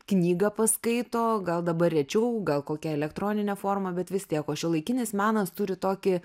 knygą paskaito gal dabar rečiau gal kokia elektronine forma bet vis tiek o šiuolaikinis menas turi tokį